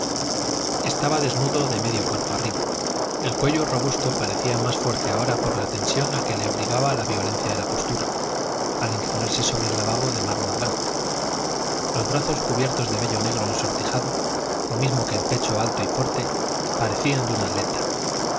estaba desnudo de medio cuerpo arriba el cuello robusto parecía más fuerte ahora por la tensión a que le obligaba la violencia de la postura al inclinarse sobre el lavabo de mármol blanco los brazos cubiertos de vello negro ensortijado lo mismo que el pecho alto y fuerte parecían de un atleta